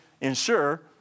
ensure